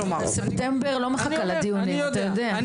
ספטמבר לא מחכה לדיונים אתה יודע.